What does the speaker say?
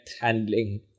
handling